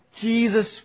Jesus